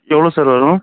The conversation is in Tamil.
எவ்வளோ சார் வரும்